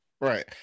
right